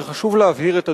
וחשוב להבהיר את הדברים,